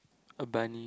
a bunny